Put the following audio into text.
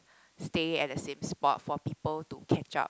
stay at the same spot for people to catch up